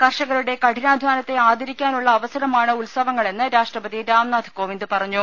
കർഷകരുടെ കഠിനാധ്വാനത്തെ ആദരിക്കാനുള്ള അവസരമാണ് ഉത്സവങ്ങളെന്ന് രാഷ്ട്രപതി രാംനാഥ് കോവിന്ദ് പറഞ്ഞു